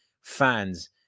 fans